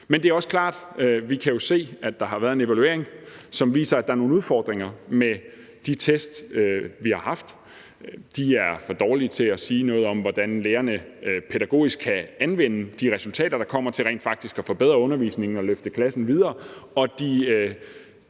Men det er også klart, at vi kan se, at den evaluering, som er blevet lavet, viser, at der er nogle udfordringer med de test, vi har haft – de er for dårlige til at sige noget om, hvordan lærerne pædagogisk kan anvende de resultater, der kommer, til rent faktisk at forbedre undervisningen og løfte klassen videre,